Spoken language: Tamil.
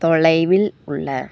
தொலைவில் உள்ள